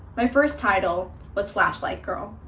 my first title was flashlight girl.